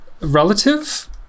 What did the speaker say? relative